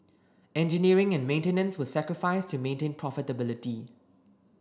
engineering and maintenance were sacrificed to maintain profitability